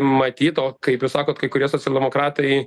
matyt o kaip jūs sakot kai kurie socialdemokratai